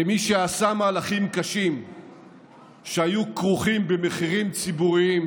כמי שעשה מהלכים קשים שהיו כרוכים במחירים ציבוריים,